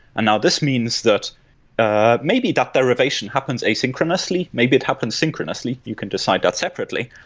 and now, this means that ah maybe that the revision happens asynchronously. maybe it happens synchronously. you can decide that separately.